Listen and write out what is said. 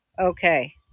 Okay